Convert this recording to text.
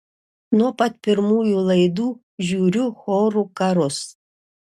nuo pat pirmųjų laidų žiūriu chorų karus